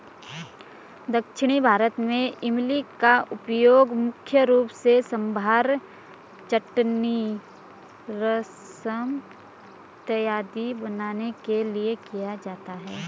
दक्षिण भारत में इमली का उपयोग मुख्य रूप से सांभर चटनी रसम इत्यादि बनाने के लिए किया जाता है